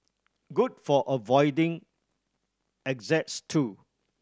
good for avoiding exes too